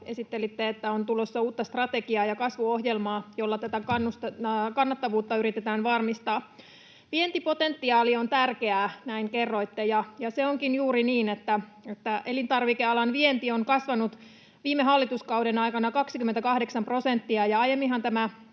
esittelitte, että on tulossa uutta strategiaa ja kasvuohjelmaa, jolla tätä kannattavuutta yritetään varmistaa. Vientipotentiaali on tärkeää, näin kerroitte, ja onkin juuri niin, että elintarvikealan vienti on kasvanut viime hallituskauden aikana 28 prosenttia. Aiemminhan tämä